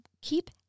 keep